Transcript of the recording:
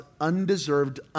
undeserved